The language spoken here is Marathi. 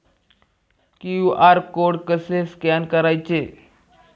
क्यू.आर कोड कसे स्कॅन करायचे?